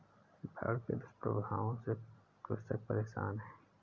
बाढ़ के दुष्प्रभावों से कृषक परेशान है